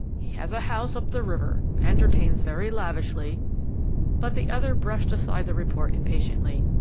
he has a house up the river, entertains very lavishly but the other brushed aside the report impatiently.